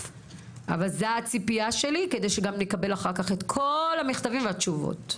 אבל זו הציפייה שלי כדי שגם נקבל אחר-כך את כל המכתבים והתשובות.